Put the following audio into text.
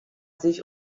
sich